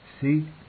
See